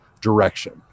direction